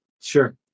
Sure